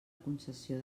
concessió